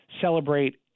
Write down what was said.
Celebrate